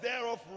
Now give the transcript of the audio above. thereof